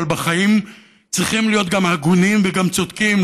אבל בחיים צריכים להיות גם הגונים וגם צודקים.